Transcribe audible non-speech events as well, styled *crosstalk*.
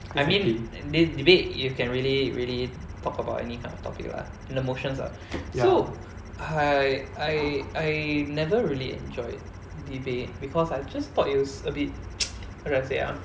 I mean de~ debate you can really really talk about any kind of topic lah in the motions lah so high I I I never really enjoyed debate because I just thought it was a bit *noise* how do I say ah